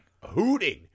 hooting